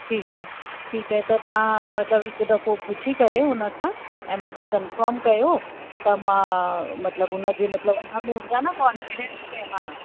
ठीकु आहे ठीकु आहे त तव्हां मतलबु हिकु दफ़ो पुछी करे हुन खां ऐं मूंखे कंफ़र्म कयो त मां मतलबु हुनजे मतलबु हुन में हुजां न कॉंफ़िडेंस में